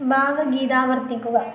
ഭാവഗീത് ആവര്ത്തിക്കുക